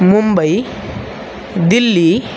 Mumbai Delhi